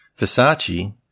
Versace